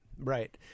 Right